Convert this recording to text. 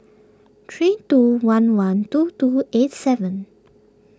three two one one two two eight seven